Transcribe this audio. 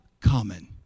common